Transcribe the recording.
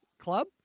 Club